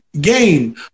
game